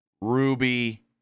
Ruby